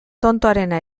tontoarena